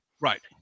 Right